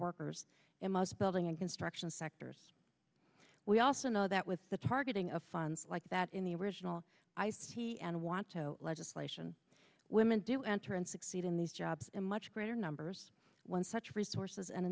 workers in most building and construction sectors we also know that with the targeting of funds like that in the original i see and want to legislation women do enter and succeed in these jobs in much greater numbers when such resources and